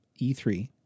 E3